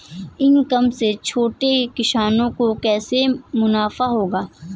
ई commerce से छोटे किसानों को कैसे मुनाफा होगा?